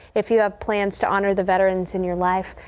if you have plans to honor the veterans in your life.